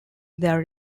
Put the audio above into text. there